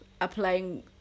applying